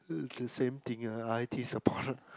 the same thing ah I_T support